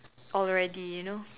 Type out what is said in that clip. already you know